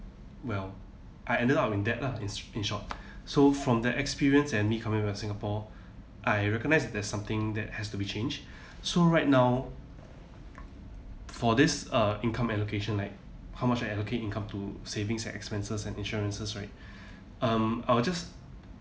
well I ended up in debt lah in short so from that experience and me coming back singapore I recognise there's something that has to be changed so right now for this uh income allocation like how much I allocate income to savings and expenses and insurances right um I will just